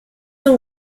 the